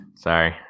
Sorry